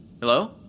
Hello